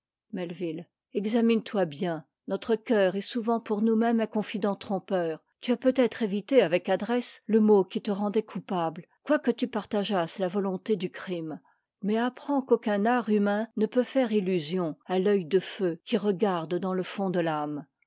entière examine toi bien notre cceur est souvent pour nous-mêmes un consdent trompeur tu as peut-être évité avec adresse le mot qui te ren dait coupable quoique tu partageasses la vo lonté du crime mais apprends qu'aucun art humain ne peut faire illusion à t'oeit de feu qui regarde dans le fond de l'âme